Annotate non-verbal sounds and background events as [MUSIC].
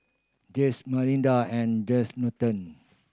Jesse Malinda and Jesse [UNINTELLIGIBLE]